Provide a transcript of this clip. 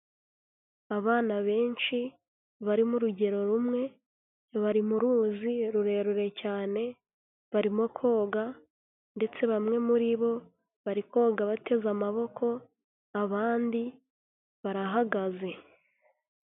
Abana benshi bari mu rugero rumwe, bari mu ruzi rurerure cyane, barimo koga ndetse bamwe muri bo bari koga bateze amaboko, abandi barahagaze.